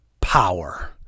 power